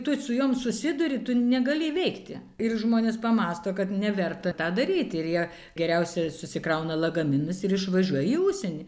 tu su jom susiduri tu negali veikti ir žmonės pamąsto kad neverta tą daryti ir jie geriausiai susikrauna lagaminus ir išvažiuoja į užsienį